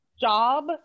job